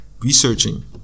researching